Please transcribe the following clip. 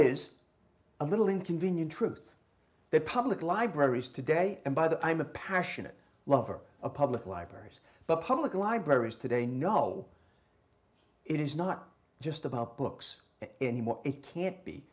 is a little inconvenient truth that public libraries today and by that i'm a passionate lover a public libraries but public libraries today know it is not just about books anymore it can't be